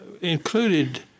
included—